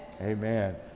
amen